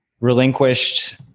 relinquished